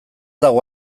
dago